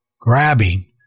grabbing